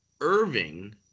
Irving